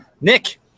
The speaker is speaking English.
Nick